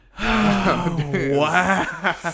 Wow